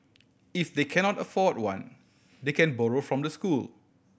if they cannot afford one they can borrow from the school